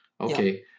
Okay